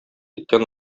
иткән